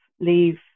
leave